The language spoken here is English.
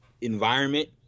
environment